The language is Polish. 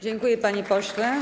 Dziękuję, panie pośle.